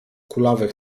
kulawych